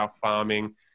farming